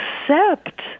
Accept